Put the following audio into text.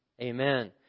amen